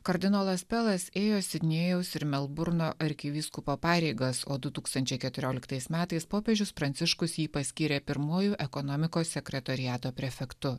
kardinolas pelas ėjo sidnėjaus ir melburno arkivyskupo pareigas o du tūkstančiai keturioliktais metais popiežius pranciškus jį paskyrė pirmuoju ekonomikos sekretoriato prefektu